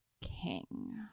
King